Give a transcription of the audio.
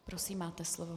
Prosím, máte slovo.